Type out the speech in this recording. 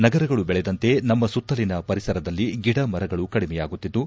ನಗರಗಳು ಬೆಳೆದಂತೆ ನಮ್ಮ ಸುತ್ತಲಿನ ಪರಿಸರದಲ್ಲಿ ಗಿಡ ಮರಗಳು ಕಡಿಮೆಯಾಗುತ್ತಿದ್ದು